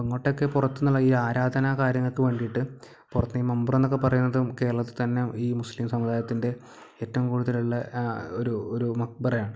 അപ്പം ഇങ്ങോട്ടേക്ക് പുറത്ത് നിന്നുള്ള ഈ ആരാധന കാര്യങ്ങൾക്ക് വേണ്ടിയിട്ട് പുറത്ത് മമ്പുറം എന്നൊക്കെ പറയുന്നത് കേരളത്തിൽ തന്നെ ഈ മുസ്ലിം സമുദായത്തിൻ്റെ ഏറ്റവും കൂടുതലുള്ള ഒരു ഒരു മക്ബറയാണ്